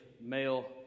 male